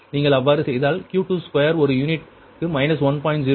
நீங்கள் அவ்வாறு செய்தால் Q22 ஒரு யூனிட் 1